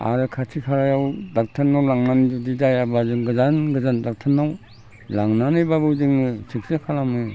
आरो खाथि खालायाव डक्ट'रनाव लांनानै जुदि जायाब्ला जों गोजान गोजान डक्ट'रनाव लांनानैबाबो जोङो सिखित्सा खालामो